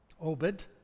Obed